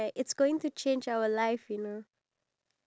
what's the next question on the card